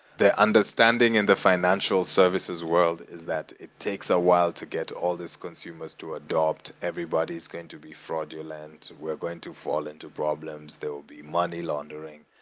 their understanding in the financial services world is that it takes a while to get all those consumers to adopt. everybody is going to be fraudulent. we're going to fall into problems. there will be money laundering.